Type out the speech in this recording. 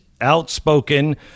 outspoken